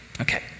Okay